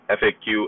faq